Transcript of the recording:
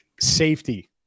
Safety